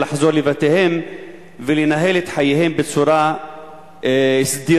לחזור לבתיהם ולנהל את חייהם בצורה סדירה,